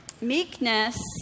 meekness